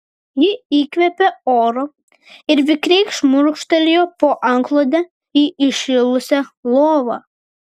ji įkvėpė oro ir vikriai šmurkštelėjo po antklode į įšilusią lovą